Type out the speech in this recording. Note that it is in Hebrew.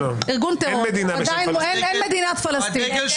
האם הוא לא --- ובטח אותו תומך טרור,